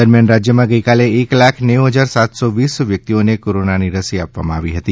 દરમિયાન રાજ્યમાં ગઇકાલે એક લાખ નેવું હજાર સાતસો વીસ વ્યક્તિઓને કોરોનાની રસી આપવામાં આવી હતી